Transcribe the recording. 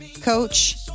coach